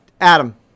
Adam